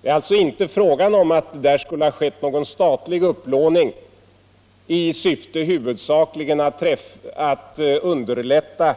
Det är alltså inte frågan om att det skulle ha skett någon statlig upplåning i syfte huvudsakligen att underlätta